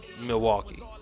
Milwaukee